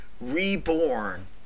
reborn